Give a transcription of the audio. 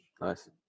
Nice